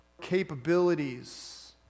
capabilities